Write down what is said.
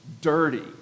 dirty